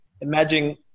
imagine